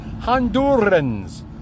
Hondurans